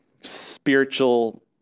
spiritual